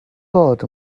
bod